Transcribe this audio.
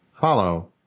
Follow